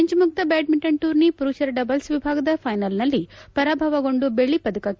ಫೆಂಚ್ ಮುಕ್ತ badminton tourney ಮರುಷರ doubles ವಿಭಾಗದ ಫೈನಲ್ನಲ್ಲಿ ಪರಾಭವಗೊಂಡು ಬೆಳ್ಳಿ ಪದಕಕ್ಕೆ